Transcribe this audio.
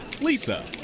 Lisa